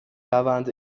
روند